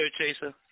chaser